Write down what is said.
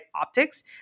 optics